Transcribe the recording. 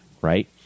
right